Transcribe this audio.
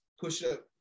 push-up